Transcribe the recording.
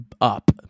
up